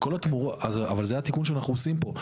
אבל זה התיקון שאנחנו עושים פה.